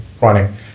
running